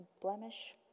blemish